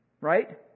Right